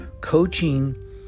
Coaching